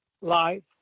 life